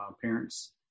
parents